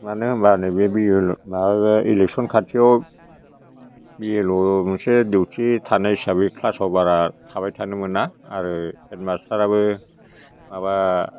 मानो होनबा नैबे बिएलअ माबा इलेक्सन खाथियाव बिएलअ मोनसे डिउटी थानाय हिसाबै क्लासाव बारा थाबाय थानो मोना आरो हेद मास्टारआबो माबा